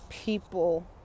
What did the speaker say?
People